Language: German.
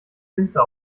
winzer